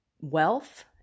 wealth